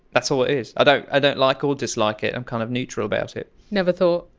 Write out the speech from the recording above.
that's all it is. i don't i don't like or dislike it. i'm kind of neutral about it never thought!